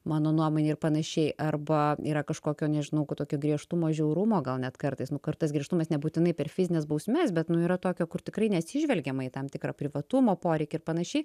mano nuomonei ir panašiai arba yra kažkokio nežinau ka tokio griežtumo žiaurumo gal net kartais nu kartais griežtumas nebūtinai per fizines bausmes bet nu yra tokio kur tikrai neatsižvelgiama į tam tikrą privatumo poreikį ir panašiai